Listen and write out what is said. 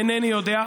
אינני יודע.